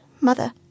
Mother